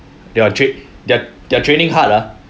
they are train~ they they are training hard lah